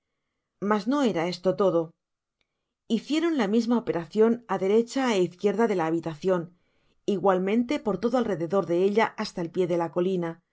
mas no era esto todo hicieron la misma operacion á derecha é izquieda de la habitacion igualmente por todo alrededor de ella hasta el pié de la colina sin